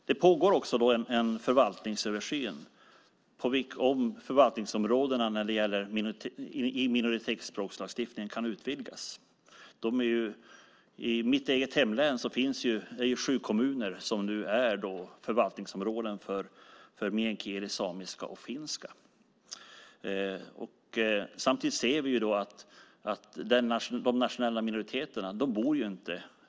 Det pågår också en förvaltningsöversyn av om förvaltningsområdena i minoritetsspråkslagstiftningen kan utvidgas. I mitt eget hemlän är det nu sju kommuner som är förvaltningsområden för meänkieli, samiska och finska. Men de nationella minoriteterna bor inte bara i vissa områden.